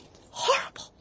horrible